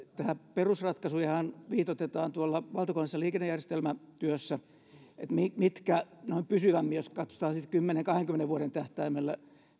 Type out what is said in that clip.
perusratkaisujahan viitoitetaan tuolla valtakunnallisessa liikennejärjestelmätyössä mitkä kentät noin pysyvämmin jos siis katsotaan kymmenen viiva kahdenkymmenen vuoden tähtäimellä